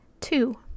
Two